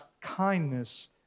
kindness